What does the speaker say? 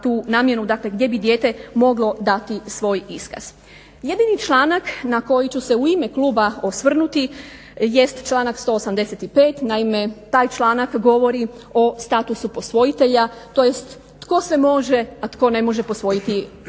tu namjenu, dakle gdje bi dijete moglo dati svoj iskaz. Jedini članak na koji ću se u ime kluba osvrnuti jest članak 185. Naime, taj članak govori o statusu posvojitelja tj. tko sve može, a tko ne može posvojiti dijete.